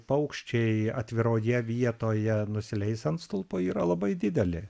paukščiai atviroje vietoje nusileis ant stulpo yra labai didelė